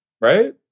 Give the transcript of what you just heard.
right